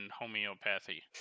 homeopathy